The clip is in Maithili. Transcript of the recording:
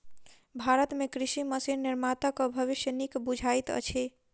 भारत मे कृषि मशीन निर्माताक भविष्य नीक बुझाइत अछि